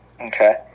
Okay